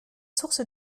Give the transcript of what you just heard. sources